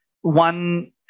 One